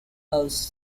house